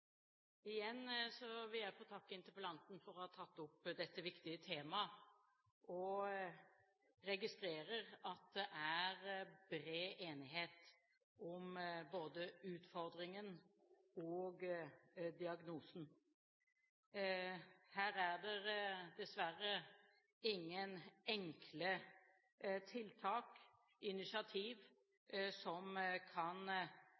vil jeg få takke interpellanten for å ha tatt opp dette viktige temaet, og jeg registrerer at det er bred enighet om både utfordringen og diagnosen. Her er det dessverre ingen enkle tiltak og initiativ som kan